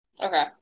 Okay